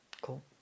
cool